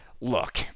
look